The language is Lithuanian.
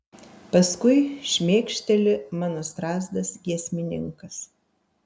paskui šmėkšteli mano strazdas giesmininkas